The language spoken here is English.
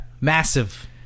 massive